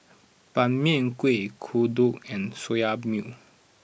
Ban Mian Kueh Kodok and Soya Milk